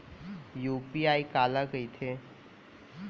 UPI काला कहिथे?